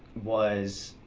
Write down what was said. was